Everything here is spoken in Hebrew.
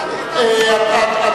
למה לא שרת הקליטה?